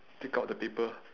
take out the paper